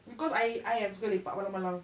because I I am suka lepak malam-malam